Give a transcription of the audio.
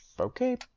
okay